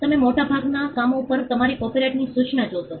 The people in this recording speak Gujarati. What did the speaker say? તમે મોટાભાગનાં કામો પર તમારી કોપિરાઇટની સૂચના જોશો